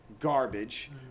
garbage